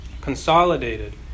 consolidated